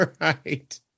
Right